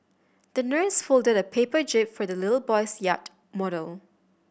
the nurse folded a paper jib for the little boy's yacht model